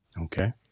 Okay